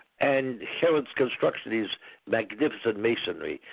and herod's construction is magnificent masonry,